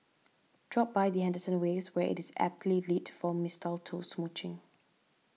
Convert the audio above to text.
drop by the Henderson Waves where it is aptly lit for mistletoe smooching